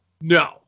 No